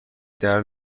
درد